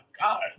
God